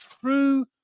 true